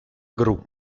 gru